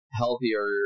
healthier